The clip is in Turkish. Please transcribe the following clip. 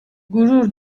gurur